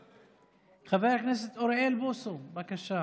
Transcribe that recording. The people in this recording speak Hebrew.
חבר הכנסת אוריאל בוסו, בבקשה.